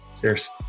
Cheers